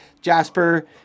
Jasper